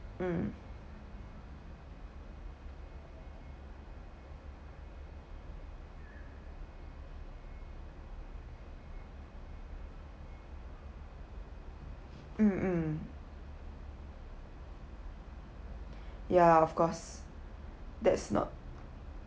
mm mm mm ya of course that's not